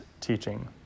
teaching